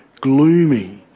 gloomy